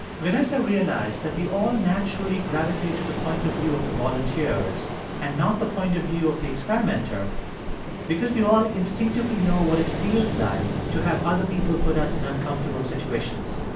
vanessa realized that we all naturally gravitate to the point of view of the volunteers and not the point of view of the experimenter because we all instinctively know what it feels like to have other people put us in uncomfortable situations.